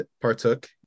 partook